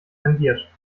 kandiert